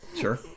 Sure